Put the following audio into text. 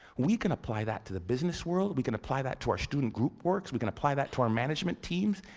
we can apply that to the business world, we can apply that to our student group works, we can apply that to our management teams.